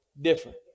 Different